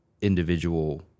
individual